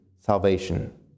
salvation